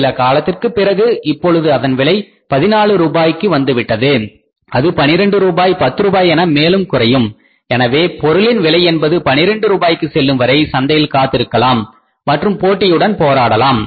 சில காலத்திற்குப் பிறகு இப்பொழுது அதன் விலை 14 ரூபாய்க்கு வந்து விட்டது அது 12 ரூபாய் 10 ரூபாய் என மேலும் குறையும் எனவே பொருளின் விலை என்பது 12 ரூபாய்க்கு செல்லும் வரை சந்தையில் காத்திருக்கலாம் மற்றும் போட்டியுடன் போராடலாம்